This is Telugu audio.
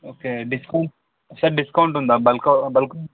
ఓకే డిస్కౌంట్ సార్ డిస్కౌంట్ ఉందా బల్కా బల్క్